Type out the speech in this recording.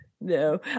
No